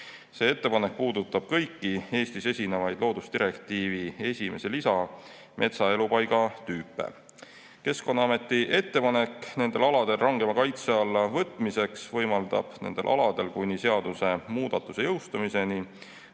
See ettepanek puudutab kõiki Eestis esinevaid loodusdirektiivi esimese lisa metsaelupaigatüüpe. Keskkonnaameti ettepanek nendel aladel rangema kaitse alla võtmiseks võimaldab nendel aladel kuni seadusemuudatuse jõustumiseni